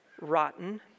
rotten